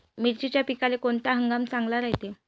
मिर्चीच्या पिकाले कोनता हंगाम चांगला रायते?